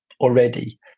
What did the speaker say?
already